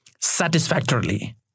satisfactorily